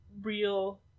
real